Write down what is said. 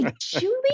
Julie